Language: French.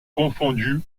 confondu